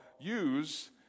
use